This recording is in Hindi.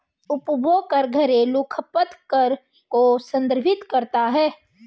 उपभोग कर घरेलू खपत कर को संदर्भित करता है